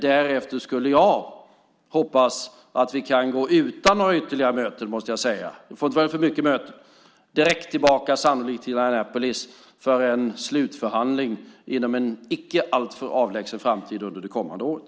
Därefter, måste jag säga, hoppas jag att vi kan gå utan några ytterligare möten - det får inte vara för mycket möten - direkt tillbaka, sannolikt till Annapolis, för en slutförhandling inom en icke alltför avlägsen framtid under det kommande året.